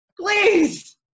please